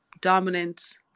dominant